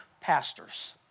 pastors